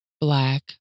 black